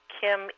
Kim